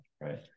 right